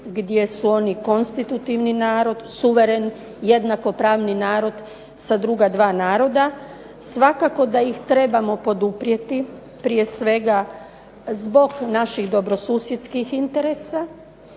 gdje su oni konstitutivni, suveren, jednakopravni narod sa ostala dva naroda. Svakako da ih trebamo poduprijeti, prije svega zbog naših dobrosusjedskih interesa,